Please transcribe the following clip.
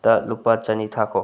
ꯗ ꯂꯨꯄꯥ ꯆꯥꯅꯤ ꯊꯥꯈꯣ